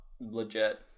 legit